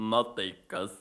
na tai kas